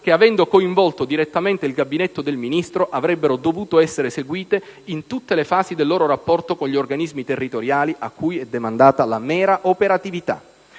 che avendo coinvolto direttamente il Gabinetto del Ministro avrebbero dovuto essere seguite in tutte le fasi del loro rapporto con gli organismi territoriali, a cui è demandata la mera operatività.